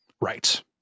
Right